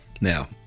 Now